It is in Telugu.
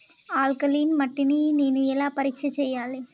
ఆల్కలీన్ మట్టి ని నేను ఎలా పరీక్ష చేయాలి?